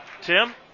Tim